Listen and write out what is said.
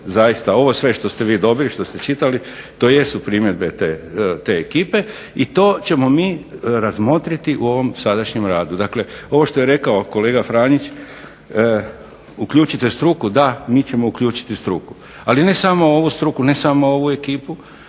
zaista, ovo sve što ste vi dobili, što ste čitali to jesu primjedbe te ekipe, i to ćemo mi razmotriti u ovom sadašnjem radu. Dakle ovo što je rekao kolega Franić uključite struku, da mi ćemo uključiti struku. Ali ne samo ovu struku, ne samo ovu ekipu,